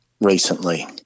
recently